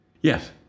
Yes